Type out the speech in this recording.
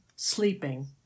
sleeping